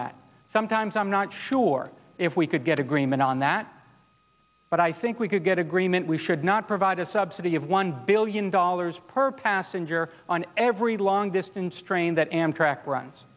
that sometimes i'm not sure if we could get agreement on that but i think we could get agreement we should not provide a subsidy of one billion dollars per passenger on every long distance train that amtrak runs